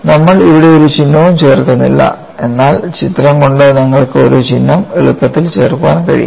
നമ്മൾ ഇവിടെ ഒരു ചിഹ്നവും ചേർക്കുന്നില്ല എന്നാൽ ചിത്രം കൊണ്ട് നിങ്ങൾക്ക് ഒരു ചിഹ്നം എളുപ്പത്തിൽ ചേർക്കാൻ കഴിയും